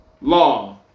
law